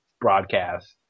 broadcast